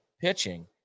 pitching